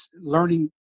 learning